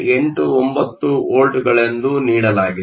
89 ವೋಲ್ಟ್ಗಳೆಂದು ನೀಡಲಾಗಿದೆ